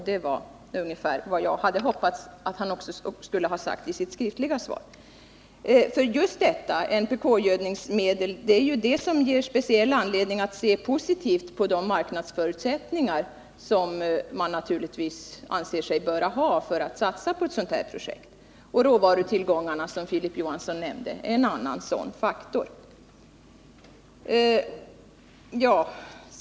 Det är ungefär vad jag hade hoppats att arbetsmarknadsministern skulle säga i sitt skriftliga svar, för just NPK-gödningsmedel är det som ger speciell anledning att se positivt på de marknadsförutsättningar som man naturligtvis anser sig böra ha för att satsa på ett sådant här projekt. Råvarutillgångarna, som Filip Johansson nämnde, är en annan sådan faktor.